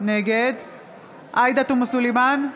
נגד עאידה תומא סלימאן,